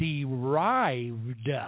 derived